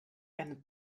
and